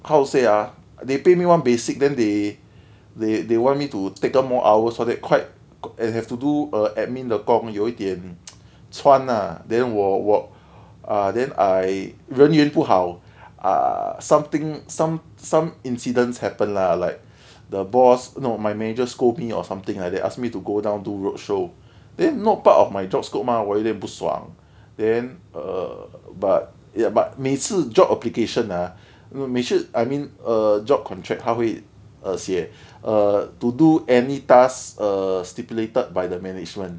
how to say ah they pay me one basic then they they they want me to take up more hours for that quite and have to do err admin 的工有一点 chuan lah then 我我 ah then I 人缘不好 ah something some some incidents happened lah like the boss no my manager scold me or something like that they asked me to go down to roadshow then not part of my job scope mah 我有一点不爽 then err but ya but 每次 job application ah 每次 I mean a job contract 他会写 err to do any task err stipulated by the management